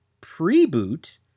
pre-boot